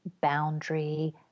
boundary